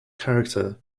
character